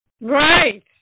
Right